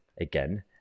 again